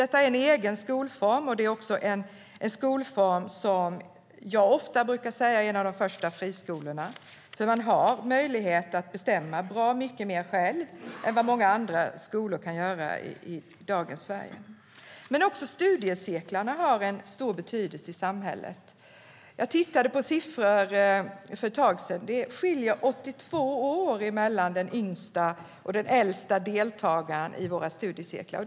Detta är en egen skolform, och det är en skolform som jag ofta brukar säga är en av de första friskolorna, för man har möjlighet att bestämma bra mycket mer själv än vad andra skolor kan i dagens Sverige. Också studiecirklarna har stor betydelse i samhället. Jag tittade på siffror för ett tag sedan som visar att det skiljer 82 år mellan den yngste och den äldste deltagaren i våra studiecirklar.